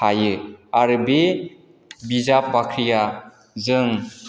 हायो आरो बे बिजाब बाख्रिया जों